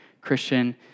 Christian